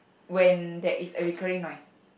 when that is recurring noise